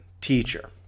teacher